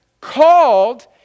called